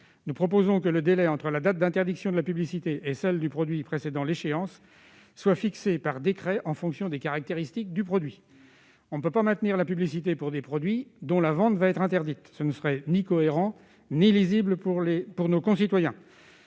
Nous proposons que le délai entre la date d'interdiction de la publicité et celle du produit précédant l'échéance soit fixé par décret en fonction des caractéristiques du produit. On ne peut pas maintenir la publicité pour des produits dont la vente va être interdite. Ce ne serait ni cohérent ni lisible pour nos concitoyens.